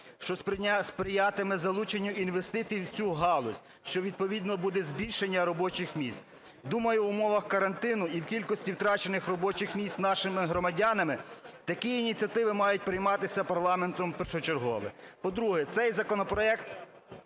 що сприятиме залученню інвестицій в цю галузь, що відповідно буде збільшення робочих місць. Думаю, в умовах карантину і в кількості втрачених робочих місць нашими громадянами такі ініціативи мають прийматися парламентом першочергово. По-друге, цей законопроект